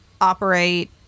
operate